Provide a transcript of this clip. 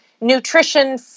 nutrition